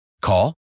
Call